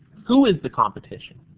who is the competition?